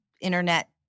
internet